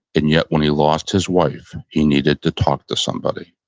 and yet, when he lost his wife, he needed to talk to somebody.